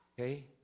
Okay